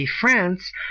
France